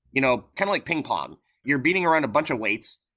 you know kind of like ping pong you're beating around a bunch of weights,